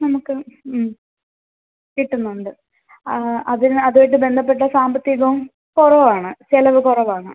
നമുക്ക് കിട്ടുന്നുണ്ട് ആ അതിന് അതും ആയിട്ട് ബന്ധപ്പെട്ട സാമ്പത്തികം കുറവാണ് ചിലവ് കുറവാണ്